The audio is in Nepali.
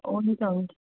हुन्छ हुन्छ